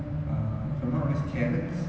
uh if I'm not wrong it's carrots